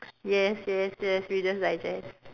yes yes yes reader's digest